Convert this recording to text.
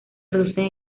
producen